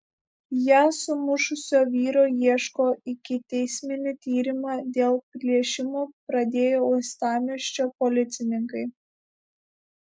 ją sumušusio vyro ieško ikiteisminį tyrimą dėl plėšimo pradėję uostamiesčio policininkai